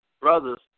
brothers